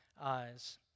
eyes